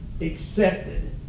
accepted